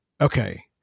okay